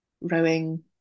rowing